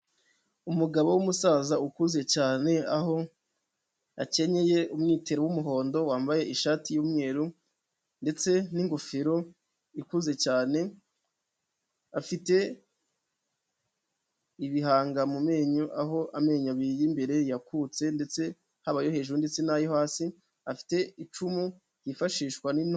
Umugabo w'umusaza ukuze cyane aho akenyeye umwitero w'umuhondo wambaye ishati y'umweru ndetse n'ingofero ikuze cyane, afite ibihanga mu menyo aho amenyo abiri y'imbere yakutse ndetse haba ayo hejuru ndetse n'ayo hasi afite icumu ryifashishwa.